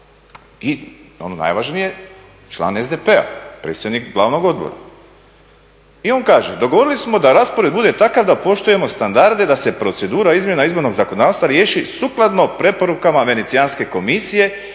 I ono najvažnije član SDP-a, predsjednik Glavnog odbora. I on kaže, dogovorili smo da raspored bude takav da poštujemo standarde, da se procedura izmjena izbornog zakonodavstva riješi sukladno preporukama Venecijanske komisije